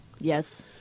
Yes